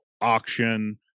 auction